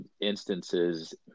instances